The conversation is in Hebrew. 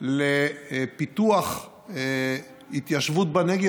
לפיתוח התיישבות בנגב.